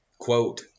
quote